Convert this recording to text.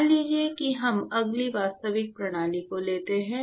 मान लीजिए कि हम अगली वास्तविक प्रणाली को लेते हैं